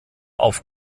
auf